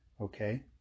Okay